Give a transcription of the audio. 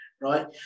right